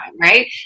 right